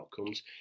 outcomes